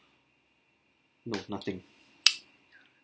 no nothing